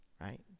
Right